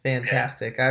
Fantastic